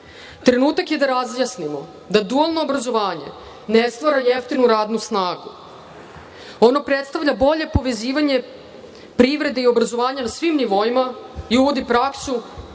trenutak je da razjasnimo da dualno obrazovanje ne stvara jeftinu radnu snagu. Ono predstavlja bolje povezivanje privrede i obrazovanja u svim nivoima i uvodi praksu